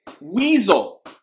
Weasel